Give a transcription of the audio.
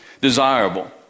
Desirable